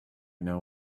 know